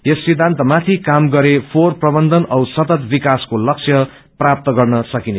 यस सिद्धान्तमाथि काम गरे फोहोर प्रबन्धन सतत विकासको लक्ष्य हासिल गर्न सकिन्छ